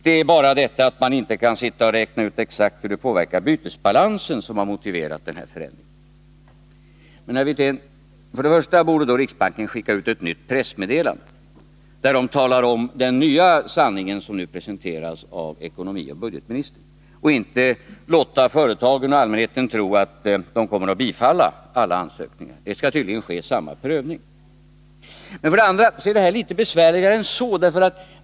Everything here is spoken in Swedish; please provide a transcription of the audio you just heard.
Det är bara detta att man inte kan räkna ut exakt hur det påverkar bytesbalansen och att det är detta som motiverat den här förändringen. Men, herr Wirtén, för det första borde då riksbanken skicka ut ett nytt pressmeddelande, där man talar om den nya sanning som nu presenteras av ekonomioch budgetministern, så att företagen och allmänheten inte tror att man kommer att bifalla alla ansökningar. Det skall tydligen ske samma prövning. För det andra är det här litet besvärligare än så.